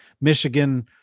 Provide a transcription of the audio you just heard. Michigan